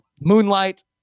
Moonlight